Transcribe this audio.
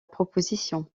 proposition